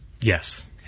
Yes